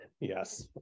Yes